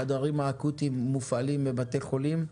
החדרים האקוטיים מופעלים בבתי חולים.